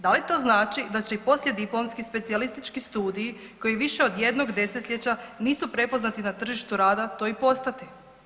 Da li to znači da će i poslijediplomski specijalistički studiji koji više od jednog desetljeća nisu prepoznati na tržištu rada, to i postati?